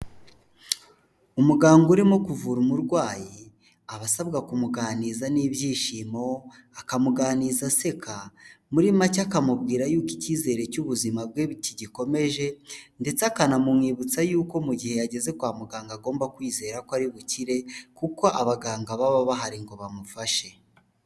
Umuganga urimo kuvura umurwayi, aba asabwa kumuganiza n'ibyishimo, akamuganiza aseka muri make akamubwira yuko icyizere cy'ubuzima bwe kigikomeje ndetse akanamwibutsa yuko mu gihe yageze kwa muganga agomba kwizera ko ari bukire kuko abaganga baba bahari ngo bamufashe.